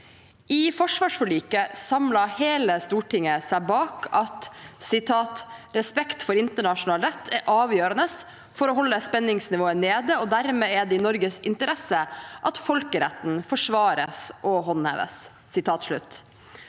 I forsvarsforliket samlet hele Stortinget seg bak at «respekt for internasjonal rett er avgjørende for å holde spenningsnivået nede, og dermed er det i Norges interesse at folkeretten forsvares og håndheves».